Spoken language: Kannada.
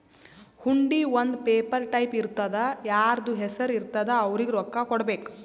ಹುಂಡಿ ಒಂದ್ ಪೇಪರ್ ಟೈಪ್ ಇರ್ತುದಾ ಯಾರ್ದು ಹೆಸರು ಇರ್ತುದ್ ಅವ್ರಿಗ ರೊಕ್ಕಾ ಕೊಡ್ಬೇಕ್